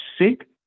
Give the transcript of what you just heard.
sick